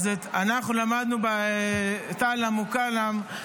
אז אנחנו למדנו (אומר בשפה הערבית.),